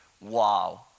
Wow